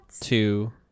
two